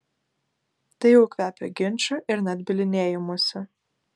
tai jau kvepia ginču ir net bylinėjimusi